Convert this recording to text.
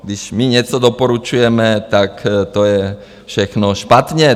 Když my něco doporučujeme, tak to je všechno špatně.